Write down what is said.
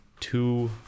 two